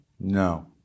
No